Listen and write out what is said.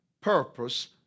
purpose